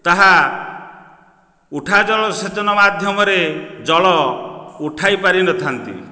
ତାହା ଉଠା ଜଳସେଚନ ମାଧ୍ୟମରେ ଜଳ ଉଠାଇ ପାରିନଥାନ୍ତି